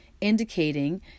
indicating